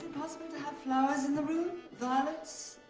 possible to have flowers in the room? violets?